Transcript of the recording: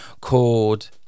called